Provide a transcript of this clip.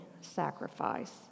sacrifice